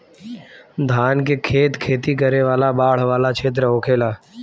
धान के खेत खेती करे वाला बाढ़ वाला क्षेत्र होखेला